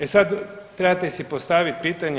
E sada trebate si postaviti pitanje